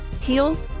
heal